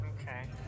Okay